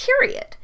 period